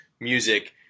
music